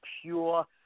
pure